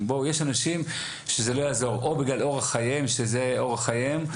יש אנשים שזה לא יעזור או בגלל אורח חייהם שזה אורח חייהם.